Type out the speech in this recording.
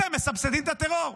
אתם מסבסדים את הטרור.